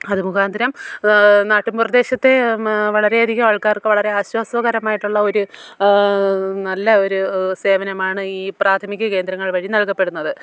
അതുമുഖാന്തരം നാട്ടിൻ പ്രദേശത്തെ വളരെയധികം ആൾക്കാർക്ക് വളരെ ആശ്വാസകരമായിട്ടുള്ള ഒരു നല്ല ഒരു സേവനമാണ് ഈ പ്രാഥമിക കേന്ദ്രങ്ങൾ വഴി നൽകപ്പെടുന്നത്